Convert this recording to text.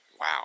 wow